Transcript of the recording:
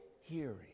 hearing